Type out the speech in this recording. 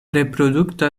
reprodukta